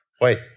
wait